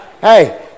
Hey